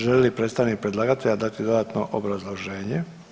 Želi li predstavnik predlagatelja dati dodatno obrazloženje?